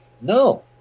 No